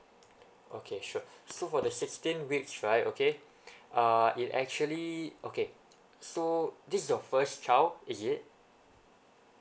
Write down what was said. okay sure so for the sixteen weeks right okay uh it actually okay so this is your first child is it